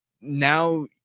now